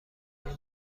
های